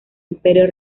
imperio